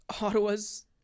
Ottawa's